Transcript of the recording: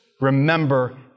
remember